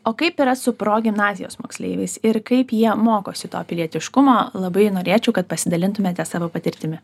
o kaip yra su progimnazijos moksleiviais ir kaip jie mokosi to pilietiškumo labai norėčiau kad pasidalintumėte savo patirtimi